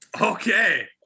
okay